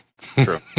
True